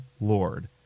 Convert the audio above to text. Lord